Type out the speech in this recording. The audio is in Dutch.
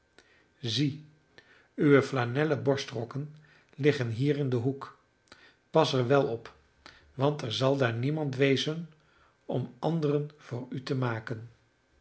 zie uwe flanellen borstrokken liggen hier in den hoek pas er wel op want er zal daar niemand wezen om anderen voor u te maken